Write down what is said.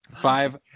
Five